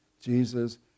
Jesus